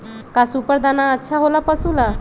का सुपर दाना अच्छा हो ला पशु ला?